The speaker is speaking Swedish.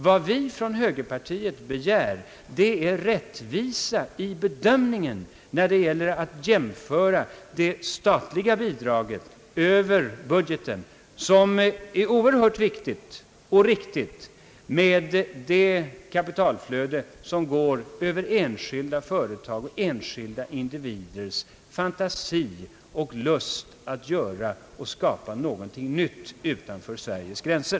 Vad vi inom högerpartiet begär är rättvisa i bedömningen när det gäller att jämföra det statliga bidraget över budgeten, som är oerhört viktigt och riktigt, med det kapitalflöde som härrör från enskilda företag och enskilda individers fantasi och lust att skapa någonting nytt utanför Sveriges gränser.